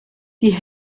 die